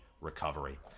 recovery